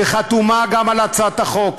שחתומה גם היא על הצעת החוק,